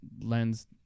lens